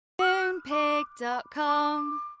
Moonpig.com